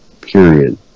period